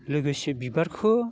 लोगोसे बिबारखौ